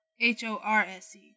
H-O-R-S-E